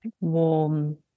Warm